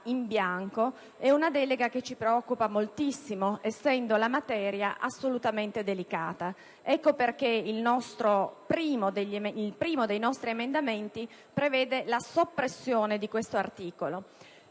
in bianco - ci preoccupa moltissimo, essendo la materia assolutamente delicata. Ecco perché il primo dei nostri emendamenti prevede la soppressione dell'articolo